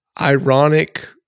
ironic